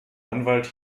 anwalt